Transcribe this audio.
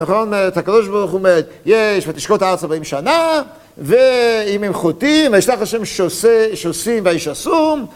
נכון, את הקדוש ברוך הוא אומר, יש ותשקוט הארץ ארבעים שנה ואם הם חוטאים, וישלח ה' שוסים וישסום